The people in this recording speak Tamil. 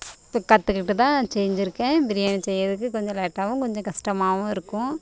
இப்போ கத்துக்கிட்டுதான் செஞ்சிருக்கேன் பிரியாணி செய்கிறதுக்கு கொஞ்சம் லேட்டாகவும் கொஞ்சம் கஸ்டமாகவும் இருக்கும்